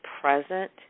present